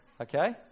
Okay